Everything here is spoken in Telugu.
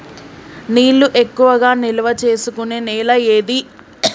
నీళ్లు ఎక్కువగా నిల్వ చేసుకునే నేల ఏది?